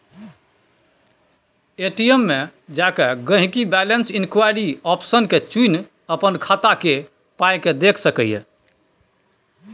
ATM मे जा गांहिकी बैलैंस इंक्वायरी आप्शन के चुनि अपन खाता केल पाइकेँ देखि सकैए